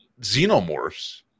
Xenomorphs